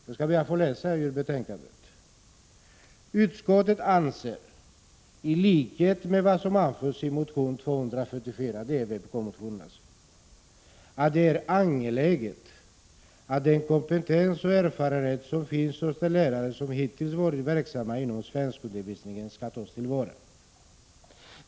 Jag skall be att få läsa ur betänkandet: ”Utskottet anser i likhet med vad som anförs i motion 1985/86:244 att det är angeläget att den kompetens och erfarenhet som finns hos de lärare som hittills varit verksamma inom svenskundervisningen tas till vara.